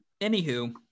anywho